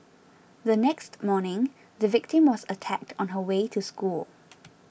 the next morning the victim was attacked on her way to school